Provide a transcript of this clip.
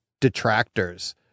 detractors